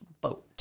boat